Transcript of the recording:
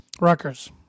Rutgers